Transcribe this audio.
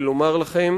ולומר לכם